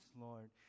Lord